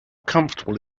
comfortable